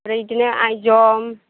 ओमफ्राय बेदिनो आइजं